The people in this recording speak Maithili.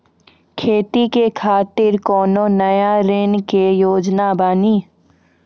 खेती के खातिर कोनो नया ऋण के योजना बानी?